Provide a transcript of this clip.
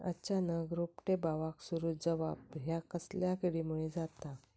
अचानक रोपटे बावाक सुरू जवाप हया कसल्या किडीमुळे जाता?